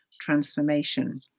transformation